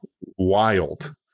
wild